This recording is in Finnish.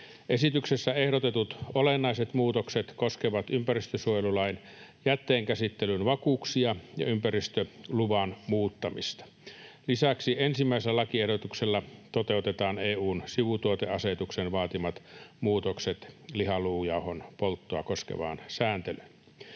Esityksessä ehdotetut olennaiset muutokset koskevat ympäristönsuojelulain jätteenkäsittelyn vakuuksia ja ympäristöluvan muuttamista. Lisäksi ensimmäisellä lakiehdotuksella toteutetaan EU:n sivutuoteasetuksen vaatimat muutokset lihaluujauhon polttoa koskevaan sääntelyyn.